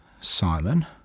Simon